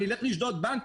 נלך לשדוד בנק?